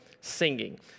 singing